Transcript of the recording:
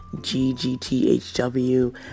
G-G-T-H-W